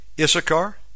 Issachar